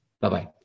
Bye-bye